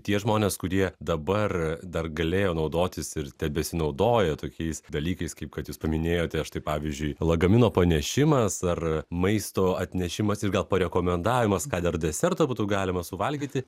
tie žmonės kurie dabar dar galėjo naudotis ir tebesinaudoja tokiais dalykais kaip kad jūs paminėjote štai pavyzdžiui lagamino panešimas ar maisto atnešimas ir gal parekomendavimas ką dar deserto būtų galima suvalgyti